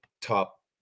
top